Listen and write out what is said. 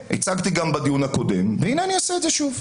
הצגתי גם בדיון הקודם, והינה אני אעשה את זה שוב.